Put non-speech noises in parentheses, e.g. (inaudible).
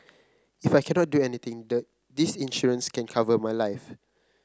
if I cannot do anything (unintelligible) this insurance can cover my life